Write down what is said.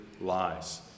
lies